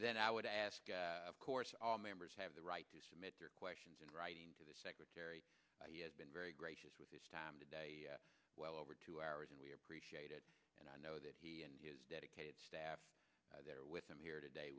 then i would ask of course all members have the right to submit your questions in writing to the secretary he has been very gracious with his time today well over two hours and we appreciate it and i know that he and his dedicated staff there with him here today